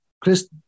Chris